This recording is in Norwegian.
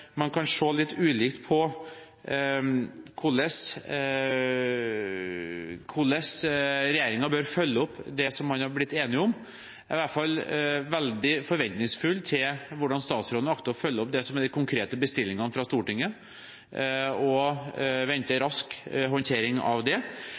Man kan se litt ulikt på hvordan regjeringen bør følge opp det som man har blitt enige om. Jeg er i hvert fall veldig forventningsfull til hvordan statsråden akter å følge opp det som er de konkrete bestillingene fra Stortinget, og venter rask håndtering av det.